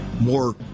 more